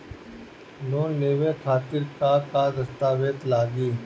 Loan लेवे खातिर का का दस्तावेज लागी?